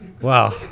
Wow